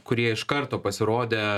kurie iš karto pasirodė